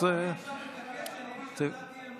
אני עכשיו אתעקש שאני אביא הצעת אי-אמון,